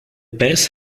pers